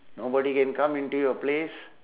nobody can come into your place